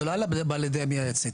זה לא עלה על ידי המייעצת.